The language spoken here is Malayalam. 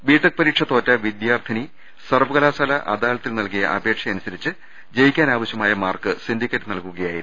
ബിടെക് പരീക്ഷ തോറ്റ വിദ്യാർത്ഥിനി സർവ്വകലാശാല അദാലത്തിൽ നൽകിയ അപേക്ഷയനുസരിച്ച് ജയിക്കാനാവശ്യമായ മാർക്ക് സിൻഡിക്കേറ്റ് നൽകുകയായിരുന്നു